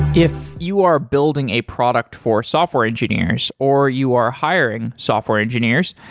if you are building a product for software engineers, or you are hiring software engineers,